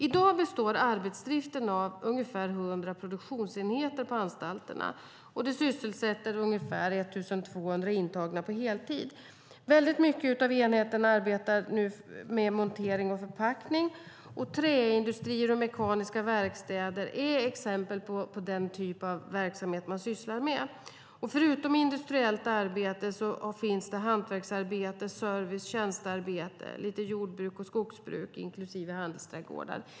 I dag består arbetsdriften av ungefär 100 produktionsenheter på anstalterna, och de sysselsätter ungefär 1 200 intagna på heltid. Väldigt mycket av enheterna arbetar nu med montering och förpackning. Träindustrier och mekaniska verkstäder är exempel på den typ av verksamhet man sysslar med. Förutom industriellt arbete finns hantverksarbete, service, tjänstearbete och lite jordbruk och skogsbruk, inklusive handelsträdgårdar.